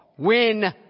Win